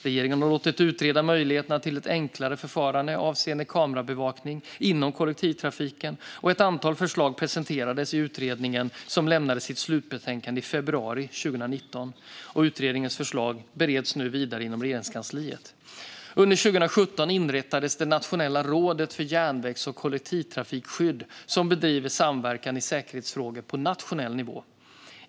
Regeringen har låtit utreda möjligheterna till ett enklare förfarande avseende kamerabevakning inom kollektivtrafiken, och ett antal förslag presenterades i utredningen som lämnade sitt slutbetänkande i februari 2019. Utredningens förslag bereds nu vidare inom Regeringskansliet. Under 2017 inrättades Nationella rådet för järnvägs och kollektivtrafikskydd som bedriver samverkan i säkerhetsfrågor på nationell nivå.